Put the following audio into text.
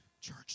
Church